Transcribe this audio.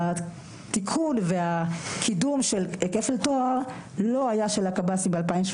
התיקון והקידום של כפל תואר לא היה של הקב"סים ב-2017,